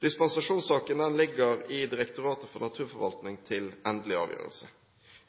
Dispensasjonssaken ligger i Direktoratet for naturforvaltning til endelig avgjørelse.